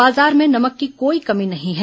बाजार में नमक की कोई कमी नहीं है